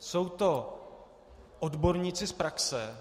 Jsou to odborníci z praxe.